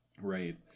Right